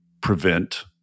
prevent